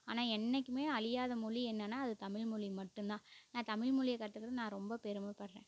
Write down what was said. ஆனால் என்றைக்கிமே அழியாத மொழி என்னென்னா அது தமில்மொழி மட்டும் தான் நான் தமில்மொழிய கத்துக்கிட்டது நான் ரொம்ப பெருமைப்பட்றேன்